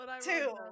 two